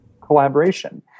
collaboration